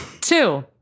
Two